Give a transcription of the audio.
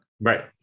right